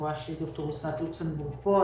אני רואה שד"ר אסנת לוקסמבורג פה,